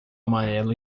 amarelo